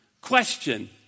Question